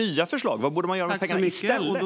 Vad borde man göra med pengarna i stället?